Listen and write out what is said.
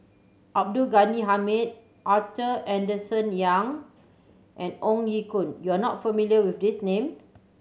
Abdul Ghani Hamid Arthur Henderson Young and Ong Ye Kung you are not familiar with these name